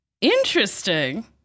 interesting